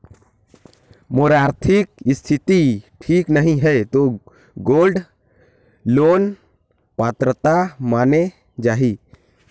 मोर आरथिक स्थिति ठीक नहीं है तो गोल्ड लोन पात्रता माने जाहि?